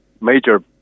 major